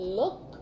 look